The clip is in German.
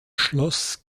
schloss